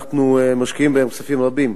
שאנחנו משקיעים בהם כספים רבים,